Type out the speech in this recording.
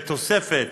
מדובר בתוספת